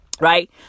Right